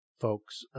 folks